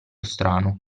strano